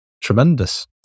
tremendous